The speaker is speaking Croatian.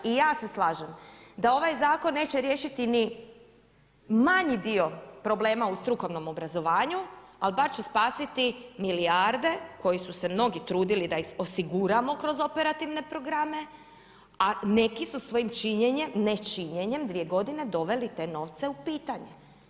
I ja se slažem da ovaj zakon neće riješiti ni manji dio problema u strukovnom obrazovanju, ali bar će spasiti milijarde koji su mnogi trudili da ih osiguramo kroz mnoge operativne programe a neki su svojim nečinjenjem dvije godine doveli te novce u pitanje.